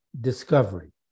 discovery